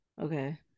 okay